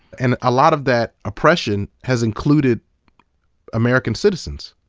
and a lot of that oppression has included american citizens.